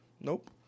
Nope